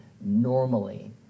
normally